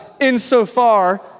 insofar